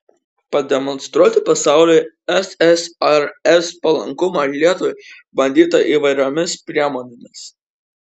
pademonstruoti pasauliui ssrs palankumą lietuvai bandyta įvairiomis priemonėmis